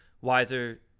wiser